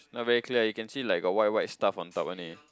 not very clear you can see like got white white stuff on top only